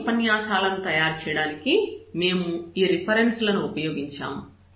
ఈ ఉపన్యాసాలను తయారు చేయడానికి మేము ఈ రిఫరెన్సు లను ఉపయోగించాము